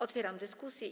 Otwieram dyskusję.